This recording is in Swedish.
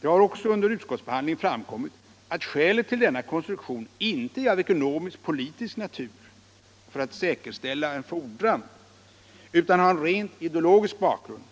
Det har också under utskottsbehandlingen framkommit att skälet till denna konstruktion inte är av ekonomisk-politisk natur, för att säkerställa en fordran, utan har en rent ideologisk bakgrund;